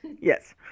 Yes